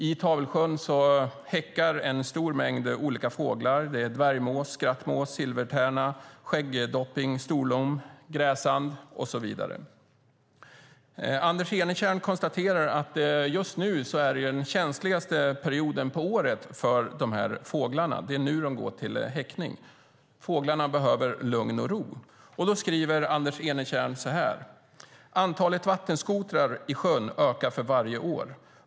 I Tavelsjön häckar en stor mängd olika fåglar. Det är dvärgmås, skrattmås, silvertärna, skäggdopping, storlom, gräsand och så vidare. Anders Enetjärn konstaterar att det just nu är den känsligaste perioden på året för dessa fåglar. Det är nu de går till häckning. Fåglarna behöver lugn och ro. Då skriver Anders Enetjärn så här: Antalet vattenskotrar i sjön ökar för varje år.